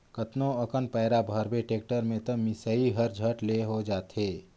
कतनो अकन पैरा भरबे टेक्टर में त मिसई हर झट ले हो जाथे